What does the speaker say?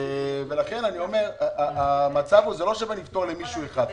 המצב הוא כרגע לא באים לפתור למישהו אחד,